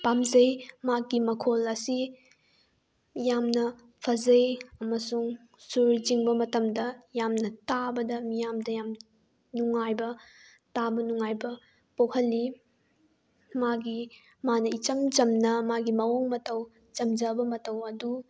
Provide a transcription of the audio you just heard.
ꯄꯥꯝꯖꯩ ꯃꯍꯥꯛꯀꯤ ꯃꯈꯣꯜ ꯑꯁꯤ ꯌꯥꯝꯅ ꯐꯖꯩ ꯑꯃꯁꯨꯡ ꯁꯨꯔ ꯆꯤꯡꯕ ꯃꯇꯝꯗ ꯌꯥꯝꯅ ꯇꯥꯕꯗ ꯃꯤꯌꯥꯝꯗ ꯌꯥꯝ ꯅꯨꯡꯉꯥꯏꯕ ꯇꯥꯕ ꯅꯨꯡꯉꯥꯏꯕ ꯄꯣꯛꯍꯜꯂꯤ ꯃꯥꯒꯤ ꯃꯥꯅ ꯏꯆꯝ ꯆꯝꯅ ꯃꯥꯒꯤ ꯃꯑꯣꯡ ꯃꯇꯧ ꯆꯝꯖꯕ ꯃꯇꯧ ꯑꯗꯨ